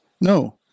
No